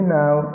now